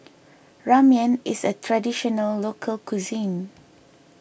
Ramen is a Traditional Local Cuisine